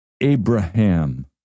Abraham